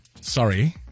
sorry